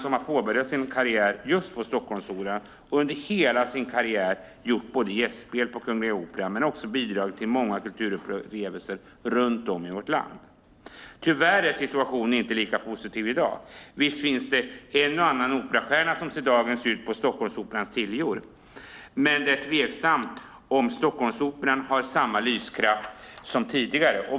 De har påbörjat sin karriär just på Stockholmsoperan och under hela sin karriär både gjort gästspel på Kungliga Operan och bidragit till många kulturupplevelser runt om i vårt land. Tyvärr är situationen inte lika positiv i dag. Visst finns det en och annan operastjärna som ser dagens ljus på Stockholmsoperans tiljor, men det är tveksamt om Stockholmsoperan har samma lyskraft som tidigare.